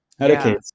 Okay